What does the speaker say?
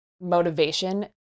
motivation